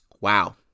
Wow